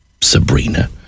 Sabrina